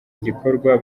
gikorwa